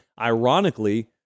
ironically